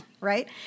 Right